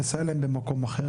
לסייע להם במקום אחר.